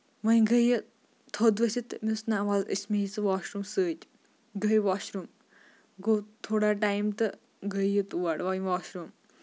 وۄنۍ گٔے یہِ تھود ؤتھِتھ تہٕ مےٚ دوٚپُس نہ وَل أسۍ مےٚ یہِ ژٕ واشروٗم سۭتۍ گے واشروٗم گوٚو تھوڑا ٹایم تہٕ گے یہِ تور وۄنۍ واشروٗم